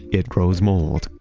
it grows mold,